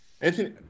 Anthony